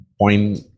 point